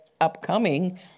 upcoming